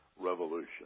revolution